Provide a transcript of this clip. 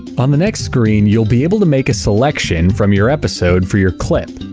on the next screen, you'll be able to make a selection from your episode for your clip,